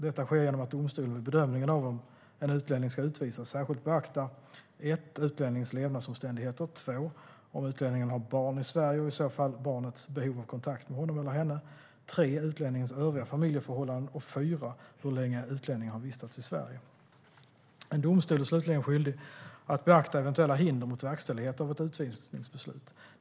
Detta sker genom att domstolen vid bedömningen av om en utlänning ska utvisas särskilt beaktar utlänningens levnadsomständigheter, om utlänningen har barn i Sverige och i så fall barnets behov av kontakt med honom eller henne, utlänningens övriga familjeförhållanden och hur länge utlänningen har vistats i Sverige. En domstol är slutligen skyldig att beakta eventuella hinder mot verkställighet av ett utvisningsbeslut.